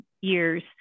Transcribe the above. years